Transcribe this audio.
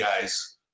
guys